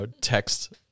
text